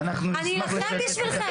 אני אלחם בשבילכם,